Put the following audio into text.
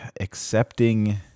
accepting